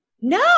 No